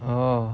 oh